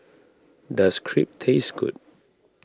does Crepe taste good